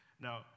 Now